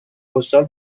پستال